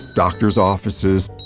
doctor's offices,